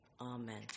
Amen